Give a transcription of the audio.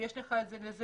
יש לך כלים לזה.